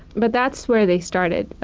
but that's where they started.